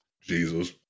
Jesus